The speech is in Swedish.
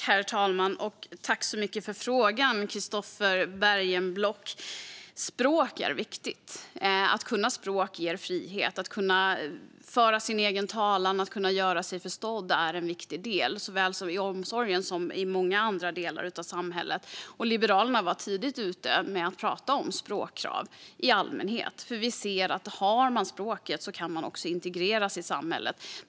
Herr talman! Tack så mycket för frågan, Christofer Bergenblock! Språk är viktigt. Att kunna språk ger frihet. Att kunna föra sin egen talan och göra sig förstådd är en viktig del såväl i omsorgen som i många andra delar av samhället. Liberalerna var tidigt ute med att prata om språkkrav i allmänhet. Vi ser att om man har språket kan man också integreras i samhället.